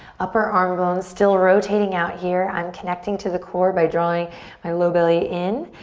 upper arm bones still rotating out here. i'm connecting to the core by drawing my low belly in,